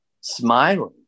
smiling